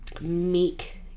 meek